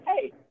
Hey